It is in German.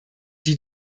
die